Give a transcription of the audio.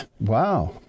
wow